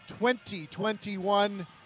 2021